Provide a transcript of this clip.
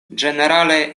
ĝenerale